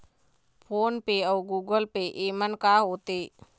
Phone पे अउ Google Pay येमन का होते?